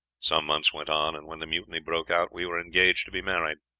some months went on, and when the mutiny broke out we were engaged to be married.